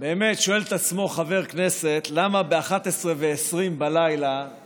שואל את עצמו חבר הכנסת למה ב-23:20 הוא